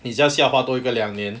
你 just 需要花多一个两年